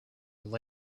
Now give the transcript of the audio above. still